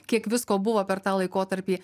kiek visko buvo per tą laikotarpį